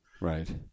Right